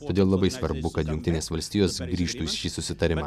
todėl labai svarbu kad jungtinės valstijos grįžtų į šį susitarimą